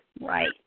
Right